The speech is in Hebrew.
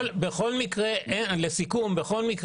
לסיכום,